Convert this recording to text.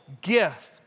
gift